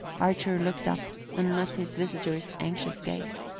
archer looked up and met his visitor's anxious gaze.